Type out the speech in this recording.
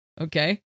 Okay